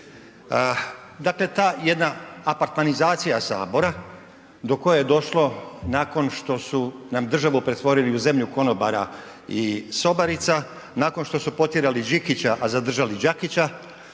Dakle ta jedna apartmanizacija Sabora do koje je došlo nakon što su nam državu pretvorili u zemlju konobara i sobarica, nakon što su potjerali Đikića, a zadržali Đakića